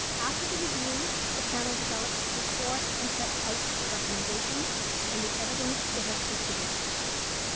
after the review, the panel develops its report and sets out its recommendations and the evidence it has considered.